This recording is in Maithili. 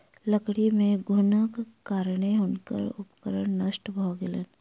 लकड़ी मे घुनक कारणेँ हुनकर उपकरण नष्ट भ गेलैन